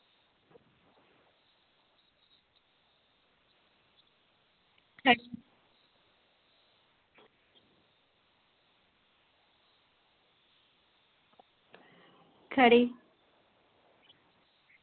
खरी